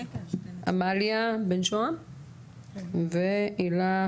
עמליה בן שוהם והילה